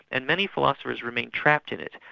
and many philosophers remain trapped in it,